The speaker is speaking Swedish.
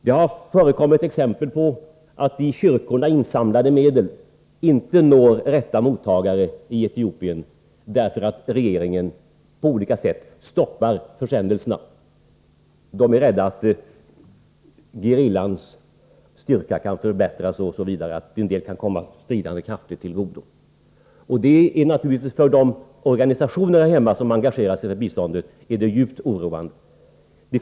Det har förekommit exempel på att i kyrkorna insamlade medel inte når de rätta mottagarna i Etiopien, därför att regeringen på olika sätt stoppat försändelserna. Den är rädd för att gerillans styrka kan förbättras genom hjälpinsatserna och att en del kan komma de stridande krafterna till godo. Detta är naturligtvis för de organisationer som här hemma engagerar sig för biståndet djupt oroande.